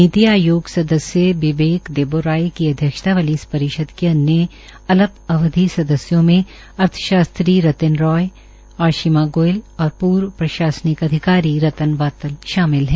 नीति आयोग सदस्य विबेक देबोरोय की अध्यक्षता वाली इस परिषद के अन्य अल्प अवधि सदस्यों अर्थशास्त्री रीतन राय आशिमा गोयल और पूर्व प्रशासनिक अधिकारी रतन वातल शामिल है